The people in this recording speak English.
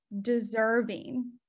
deserving